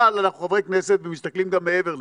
אבל אנחנו חברי כנסת ומסתכלים גם מעבר לזה.